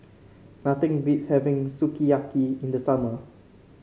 nothing beats having Sukiyaki in the summer